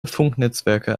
funknetzwerke